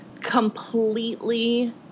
completely